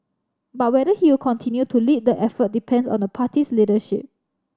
but whether he will continue to lead the effort depends on the party's leadership